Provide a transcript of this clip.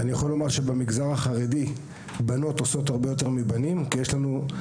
אני יכול לומר שבמגזר החרדי בנות עושות הרבה יותר מבנים -- גיא,